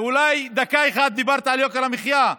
ואולי דקה אחת דיברת על יוקר המחיה.